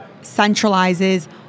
centralizes